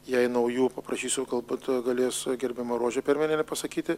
jai naujų paprašysiu galbūt galės gerbiama rožė perminienė pasakyti